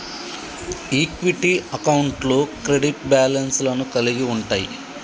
equity అకౌంట్లు credit balance లను కలిగి ఉంటయ్